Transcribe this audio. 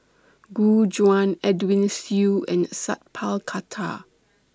Gu Juan Edwin Siew and Sat Pal Khattar